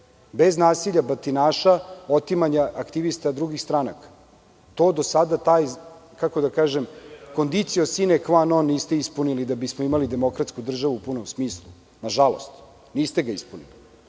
bez nasilja, bez batinaša, otimanja aktivista drugih stranaka. To do sada taj, kako da kažem, condition sine qya non, niste ispunili da bismo imali demokratsku državu u punom smislu. Nažalost, niste ga ispunili.